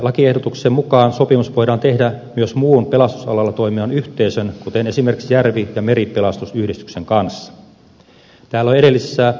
lakiehdotuksen mukaan sopimus voidaan tehdä myös muun pelastusalalla toimivan yhteisön kuten esimerkiksi järvi ja meripelastusyhdistyksen kanssa